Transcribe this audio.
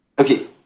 Okay